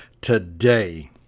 today